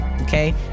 okay